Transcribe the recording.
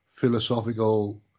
philosophical